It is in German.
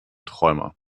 träumer